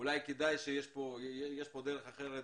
אולי יש פה דרך אחרת